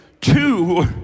two